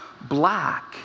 black